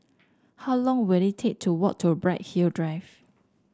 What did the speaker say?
how long will it take to walk to Bright Hill Drive